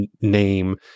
name